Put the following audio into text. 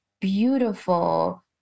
beautiful